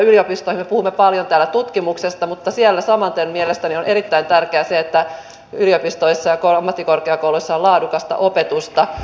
me puhumme paljon täällä tutkimuksesta mutta siellä samaten mielestäni on erittäin tärkeää se että yliopistoissa ja ammattikorkeakouluissa on laadukasta opetusta